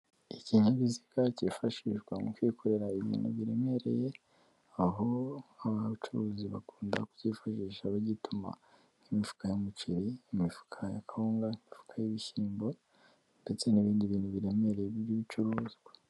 Ikinyabiziga cyifashishwa mu kwikorera ibintu biremereye, aho abacuruzi bakunda kucyifashisha bagituma nk'imifuka y'umuceri, imifuka ya kangawunga, imifuka y'ibishyimbo ndetse n'ibindi bintu biremereye by'ibicuruzwa.